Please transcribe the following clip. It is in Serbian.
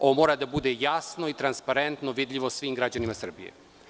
Ovo mora da bude jasno i transparentno, vidljivo svim građanima Srbije.